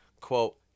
quote